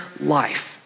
life